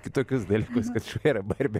kitokius dalykus kad šuo yra barbė